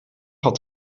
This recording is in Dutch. had